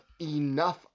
enough